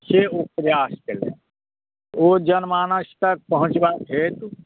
से ओ प्रयास केयलनि ओ जनमानस तक पहुँचबाक हेतु